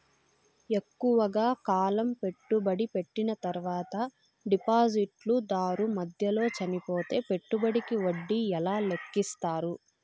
ఎక్కువగా కాలం పెట్టుబడి పెట్టిన తర్వాత డిపాజిట్లు దారు మధ్యలో చనిపోతే పెట్టుబడికి వడ్డీ ఎలా లెక్కిస్తారు?